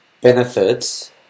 benefits